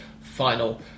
final